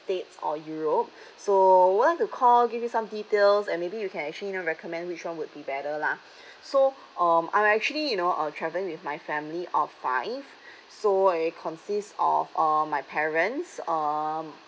states or europe so would like to call give you some details and maybe you can actually you know recommend which one would be better lah so um I'm actually you know I'll travelling with my family of five so it consists of uh my parents um